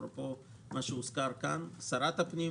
אפרופו מה שהוזכר כאן: שרת הפנים,